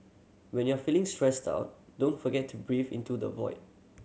when you are feeling stressed out don't forget to breathe into the void